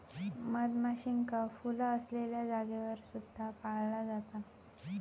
मधमाशींका फुला असलेल्या जागेवर सुद्धा पाळला जाता